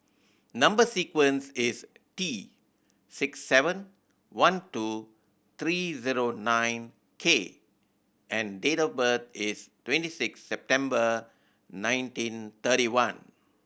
number sequence is T six seven one two three zero nine K and date of birth is twenty six September nineteen thirty one